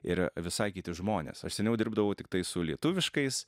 ir visai kiti žmonės aš seniau dirbdavau tiktai su lietuviškais